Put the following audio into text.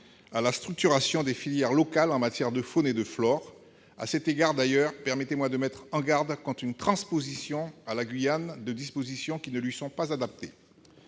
à la structuration de filières locales en matière de faune et de flore. À cet égard, permettez-moi de mettre en garde contre une transposition à la Guyane de dispositions qui ne lui sont pas adaptées.